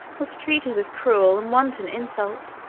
was treated with cruel and wanton insult.